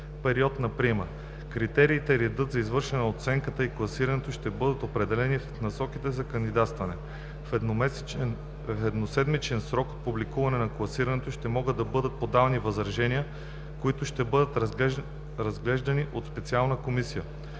период на прием. Критериите и редът за извършване на оценката и класирането ще бъдат определени в насоките за кандидатстване. В едноседмичен срок от публикуване на класирането ще могат да бъдат подавани възражения, които ще бъдат разглеждани от специална комисия.